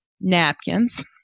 napkins